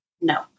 no